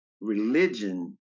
Religion